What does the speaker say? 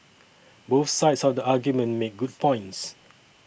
both sides of the argument make good points